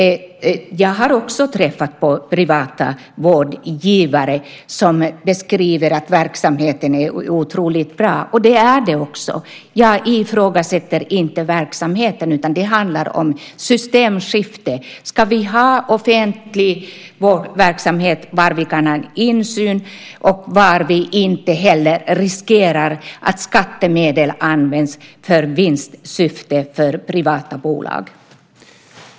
Jag har också träffat privata vårdgivare som beskriver att verksamheten är otroligt bra, och det är den också. Jag ifrågasätter inte verksamheten, utan det handlar om systemskifte. Ska vi ha offentlig verksamhet där vi kan ha insyn och där vi inte heller riskerar att skattemedel används för vinstsyfte för privata bolag?